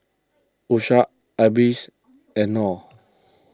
Idris and Nor